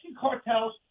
cartels